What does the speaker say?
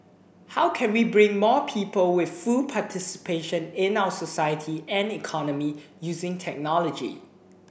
how can we bring more people with full participation in our society and economy using technology